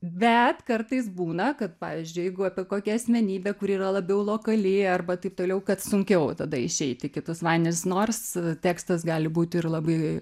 bet kartais būna kad pavyzdžiui jeigu apie kokią asmenybę kuri yra labiau lokali arba taip toliau kad sunkiau tada išeiti į kitus vandenis nors tekstas gali būti ir labai